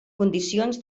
condicions